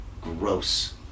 gross